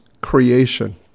creation